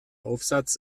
aufsatz